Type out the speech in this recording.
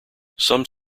some